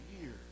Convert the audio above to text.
years